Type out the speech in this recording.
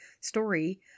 story